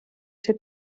ser